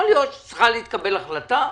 יכול להיות שצריכה להתקבל החלטה,